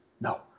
no